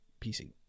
PC